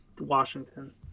Washington